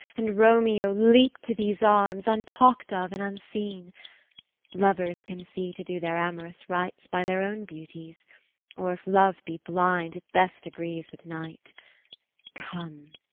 and romeo leap to these arms, untalk'd of and unseen lovers can see to do their amorous rites by their own beauties or, if love be blind, it best agrees with night come,